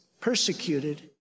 persecuted